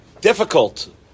difficult